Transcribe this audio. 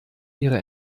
ihre